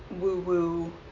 woo-woo